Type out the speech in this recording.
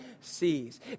sees